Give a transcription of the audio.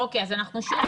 אוקיי, אנחנו שוב